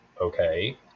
Okay